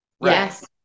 Yes